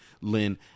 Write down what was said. Lynn